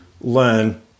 learn